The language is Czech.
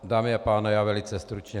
Dámy a pánové, já velice stručně.